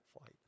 fight